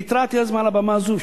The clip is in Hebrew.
אני התרעתי אז מעל הבמה הזאת,